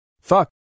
Fuck